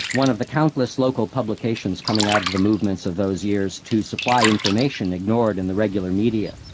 one of the countless local publications coming out of the movements of those years to supply information ignored in the regular media,